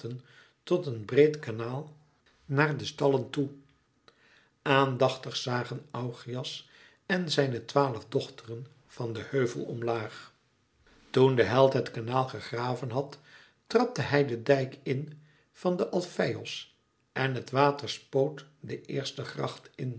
tot een breed kanaal naar de stallen toe aandachtig zagen augeias en zijne twaalf dochteren van den heuvel omlaag toen de held het kanaal gegraven had trapte hij den dijk in van den alfeios en het water spoot den eersten gracht in